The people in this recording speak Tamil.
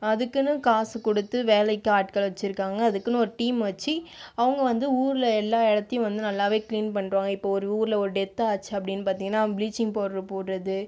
அதுக்குன்னு காசு கொடுத்து வேலைக்கு ஆட்கள் வச்சுருக்காங்க அதுக்குன்னு ஒரு டீம் வச்சு அவங்க வந்து ஊரில் எல்லா இடத்தையும் வந்து நல்லாவே க்ளீன் பண்ணிருவாங்க இப்போ ஒரு ஊரில் ஒரு டெத் ஆச்சு அப்படின்னு பார்த்திங்கன்னா ப்ளீச்சிங் பவுடர் போடுகிறது